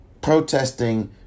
protesting